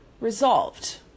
resolved